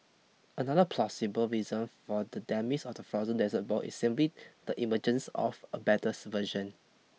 another plausible reason for the demise of the frozen dessert ball is simply the emergence of a better version